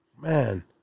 man